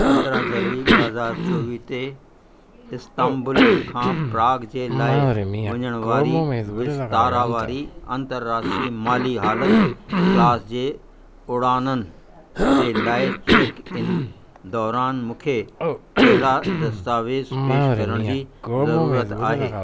पंद्रहं ज़रूरी ॿ हज़ार चोवीह ते इस्तांबुल खां प्राग जे लाइ वञण वारी विस्तारा वारी अंतर्राष्ट्रीय माली हालति क्लास जे उड़ाननि जे लाइ चेक इन दौरान मूंखे कहिड़ा दस्तावेज़ु पेश करण जी ज़रूरत आहे